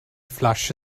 flasche